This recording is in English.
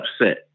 upset